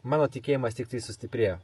mano tikėjimas tiktai sustiprėjo